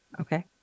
Okay